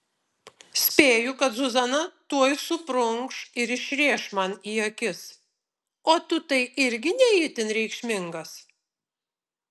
spėju kad zuzana tuoj suprunkš ir išrėš man į akis o tu tai irgi ne itin reikšmingas